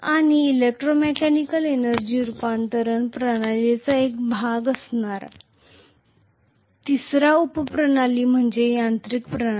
आणि electromechanical energy रूपांतरण प्रणालीचा एक भाग असणारी तिसरी उपप्रणाली म्हणजे यांत्रिक प्रणाली